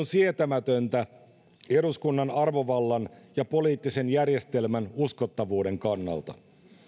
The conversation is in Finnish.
sietämätöntä eduskunnan arvovallan ja poliittisen järjestelmän uskottavuuden kannalta